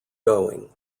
going